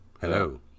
Hello